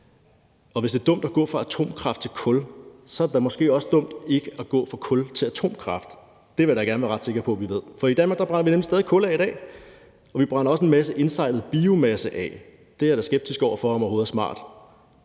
Og hvis det er dumt at gå fra atomkraft til kulkraft, er det da måske også dumt ikke at gå fra kulkraft til atomkraft – det vil jeg da gerne være ret sikker på vi ved. For i Danmark brænder vi nemlig stadig kul af i dag, og vi brænder også en masse indsejlet biomasse af; det er jeg da skeptisk over for om overhovedet er smart.